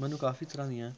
ਮੈਨੂੰ ਕਾਫੀ ਤਰ੍ਹਾਂ ਦੀਆਂ